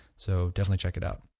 so definitely check it out